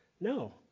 No